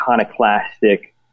iconoclastic